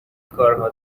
کارها